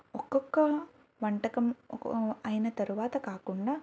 ఒక్కొక్క వంటకం అయిన తర్వాత కాకుండా